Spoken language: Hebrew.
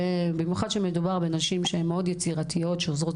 במיוחד שמדובר בנשים שהן מאוד יצירתיות שעוזרות